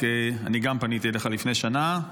אני גם פניתי אליך לפני שנה,